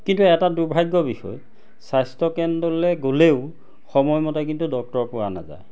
কিন্তু এটা দুৰ্ভাগ্য বিষয় স্বাস্থ্যকেন্দ্ৰলে গ'লেও সময়মতে কিন্তু ডক্টৰ পোৱা নাযায়